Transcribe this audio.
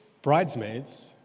Bridesmaids